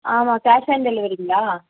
ஆமாம் cash on டெலிவரிங்களா